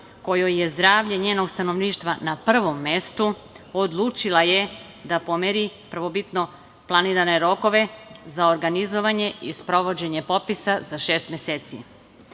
kojoj je zdravlje njenog stanovništva na prvom mestu, odlučila je da pomeri prvobitno planirane rokove za organizovanje i sprovođenje popisa za šest meseci.